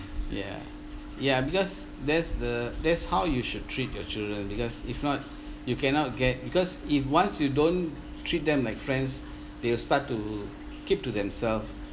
ya ya because that's the that's how you should treat your children because if not you cannot get because if once you don't treat them like friends they will start to keep to themselves